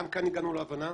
גם כאן הגענו להבנה,